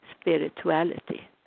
spirituality